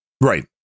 Right